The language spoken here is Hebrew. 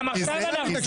גם עכשיו אנחנו מתעקשים.